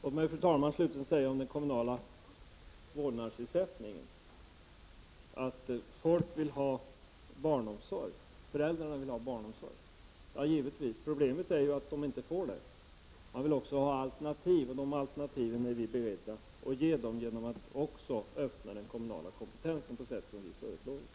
Låt mig, fru talman, slutligen säga om den kommunala vårdnadsersättningen att föräldrar vill ha barnomsorg. Givetvis. Problemet är att de inte får det. Man vill också ha alternativ. De alternativen är vi beredda att ge dem genom att också öppna den kommunala kompetensen på sådant sätt som vi har föreslagit.